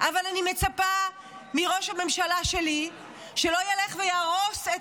אבל אני מצפה מראש הממשלה שלי שלא ילך ויהרוס את